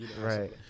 Right